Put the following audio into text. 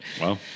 Wow